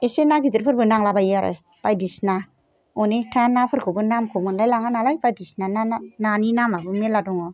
एसे ना गिदिरफोरबो नांला बायो आरो बायदिसिना अनेकथा नाफोरखौबो नामखौ मोनलाय लाङा नालाय बायदिसिना ना नानि नामाबो मेरला दङ